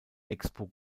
expo